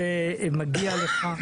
זה מגיע לך.